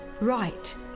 right